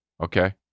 Okay